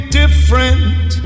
different